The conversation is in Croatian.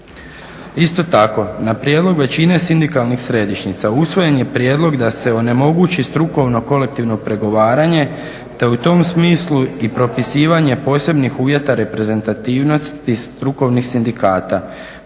Isto tako na prijedlog većine sindikalnih središnjica usvojen je prijedlog da se onemogući strukovno kolektivno pregovaranje te u tom smislu i propisivanje posebnih uvjeta reprezentativnosti strukovnih sindikata